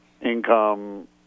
income